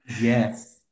yes